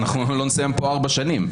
לא נסיים כאן ארבע שנים.